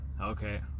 okay